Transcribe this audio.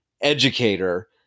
educator